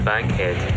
Bankhead